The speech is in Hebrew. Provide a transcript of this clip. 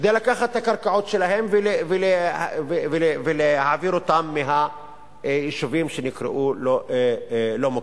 כדי לקחת את הקרקעות שלהם ולהעביר אותן מהיישובים שנקראו "לא מוכרים".